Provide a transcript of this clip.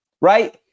right